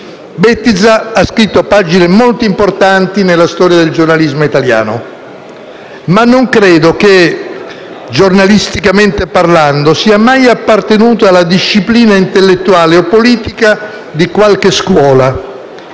Bettiza ha scritto pagine molto importanti nella storia del giornalismo italiano. Ma non credo che, giornalisticamente parlando, sia mai appartenuto alla disciplina intellettuale o politica di qualche scuola: